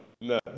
no